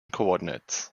coordinates